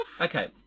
okay